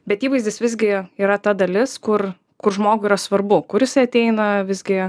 bet įvaizdis visgi yra ta dalis kur kur žmogui yra svarbu kur jisai ateina visgi